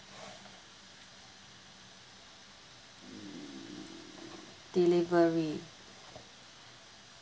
delivery